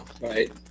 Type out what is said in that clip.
right